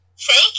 thank